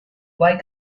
why